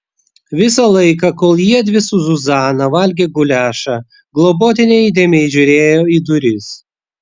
visą laiką kol jiedvi su zuzana valgė guliašą globotinė įdėmiai žiūrėjo į duris